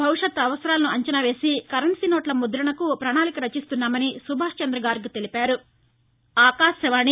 భవిష్యత్తు అవసరాలను అంచనా వేసి కరెన్సీ నోట్ల ముద్రణకు పణాళిక రచిస్తామని సుభాష్ చంద్ర గార్గ్ తెలిపారు